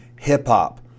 hip-hop